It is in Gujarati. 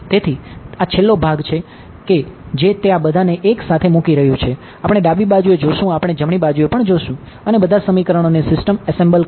તેથી તે આ છેલ્લો ભાગ છે જે તે બધાને એક સાથે મૂકી રહ્યું છે આપણે ડાબી બાજુએ જોશું આપણે જમણી બાજુએ જોશું અને બધાં સમીકરણોની સિસ્ટમ એસેમ્બલ કરો